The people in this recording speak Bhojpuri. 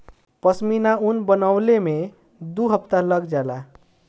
पश्मीना ऊन बनवले में दू हफ्ता लग जाला